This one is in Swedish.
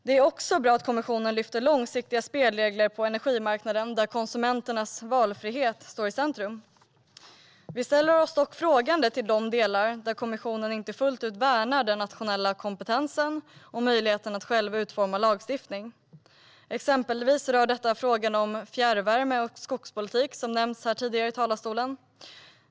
Det är också bra att kommissionen lyfter långsiktiga spelregler på energimarknaden, där konsumenternas valfrihet står i centrum. Vi ställer oss dock frågande till de delar där kommissionen inte fullt ut värnar den nationella kompetensen och möjligheten att själva utforma lagstiftning. Exempelvis rör detta fjärrvärme och skogspolitik, som nämnts här tidigare i talarstolen.